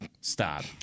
Stop